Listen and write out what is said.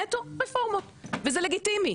נטו רפורמות וזה לגיטימי,